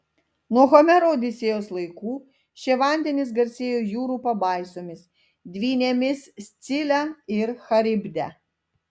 nuo homero odisėjos laikų šie vandenys garsėjo jūrų pabaisomis dvynėmis scile ir charibde